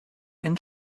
and